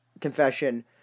Confession